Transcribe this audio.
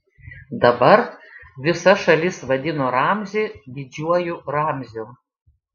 dabar visa šalis vadino ramzį didžiuoju ramziu